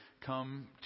come